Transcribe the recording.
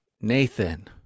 Nathan